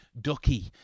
Ducky